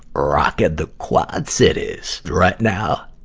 rocking the quad cities. right now,